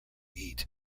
eat